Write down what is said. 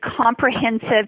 comprehensive